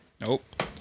Nope